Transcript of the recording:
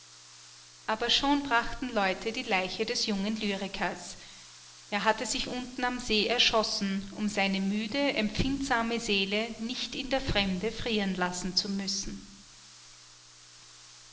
aber schon brachten leute die leiche des jungen lyrikers er hatte sich unten am see erschossen um seine müde empfindsame seele nicht in der fremde frieren lassen zu müssen